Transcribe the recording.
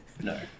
no